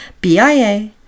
BIA